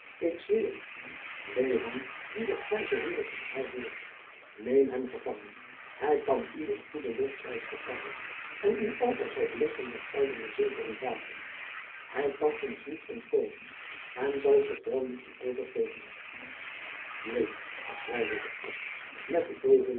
ik zweer u wee hem die den grijzen ridder een haar deert neem hem gevangen hij kan u een goeden losprijs betalen en uw altaar zal blinken van gouden en zilveren vaten hij kan ons niet ontkomen en zal zich wel moeten overgeven neen zeide de abt met een boozen